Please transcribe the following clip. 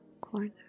Corner